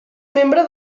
membre